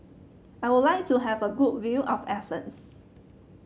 Ii would like to have a good view of Athens